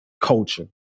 culture